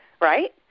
right